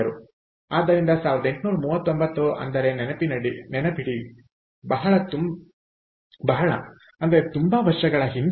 ಆದ್ದರಿಂದ 1839 ಅಂದರೆ ನೆನಪಿಡಿ ಬಹಳ ತುಂಬಾ ವರ್ಷಗಳ ಹಿಂದೆ